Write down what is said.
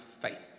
faith